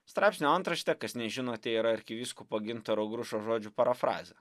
straipsnio antraštė kas nežinote yra arkivyskupo gintaro grušo žodžių parafrazė